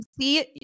see –